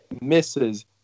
misses